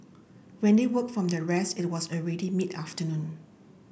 when they woke from their rest it was already mid afternoon